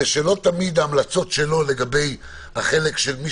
שלא תמיד ההמלצות שלו לגבי החלק של מי